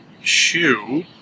shoe